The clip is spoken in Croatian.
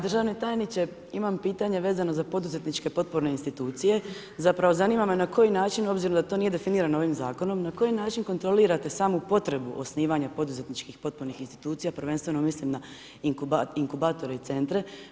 Državni tajniče imam pitanje vezano za poduzetničke potporne institucije, zapravo zanima me na koji način obzirom da to nije definirano ovim zakonom, na koji način kontrolirate samu potrebu osnivanja poduzetničkih potpornih institucija, prvenstveno mislim na inkubatore i centre.